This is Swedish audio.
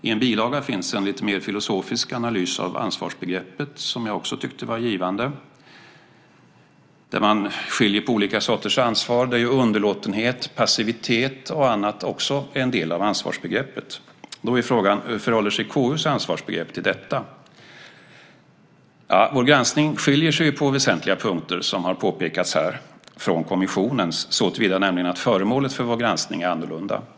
I en bilaga finns en lite mer filosofisk analys av ansvarsbegreppet, som jag också tyckte var givande, där man skiljer på olika sorters ansvar och där underlåtenhet, passivitet och annat också är en del av ansvarsbegreppet. Då är frågan: Hur förhåller sig KU:s ansvarsbegrepp till detta? Vår granskning skiljer sig ju på väsentliga punkter, som har påpekats här, från kommissionens, nämligen såtillvida att föremålet för vår granskning är annorlunda.